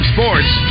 Sports